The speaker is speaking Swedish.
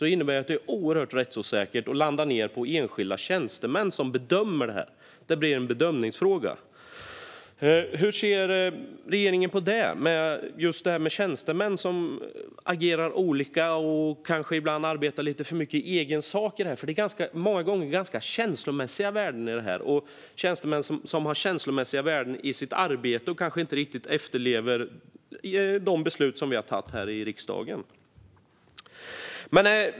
Det innebär att det är oerhört rättsosäkert när det är enskilda tjänstemän som bedömer detta. Det blir en bedömningsfråga. Hur ser regeringen på det? Tjänstemän agerar olika och arbetar kanske ibland lite för mycket i egen sak. Det finns ganska många gånger känslomässiga värden i detta. Det kan finnas tjänstemän som har känslomässiga värden i sitt arbete och kanske inte riktigt efterlever de beslut som vi har tagit här i riksdagen.